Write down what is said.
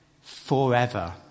forever